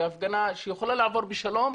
הפגנה שיכולה לעבור בשלום,